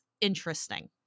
interesting